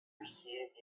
perceived